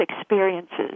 experiences